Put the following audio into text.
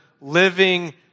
living